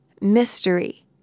mystery